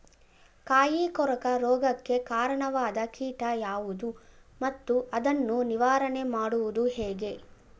ಕಾಯಿ ಕೊರಕ ರೋಗಕ್ಕೆ ಕಾರಣವಾದ ಕೀಟ ಯಾವುದು ಮತ್ತು ಅದನ್ನು ನಿವಾರಣೆ ಮಾಡುವುದು ಹೇಗೆ?